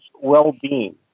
well-being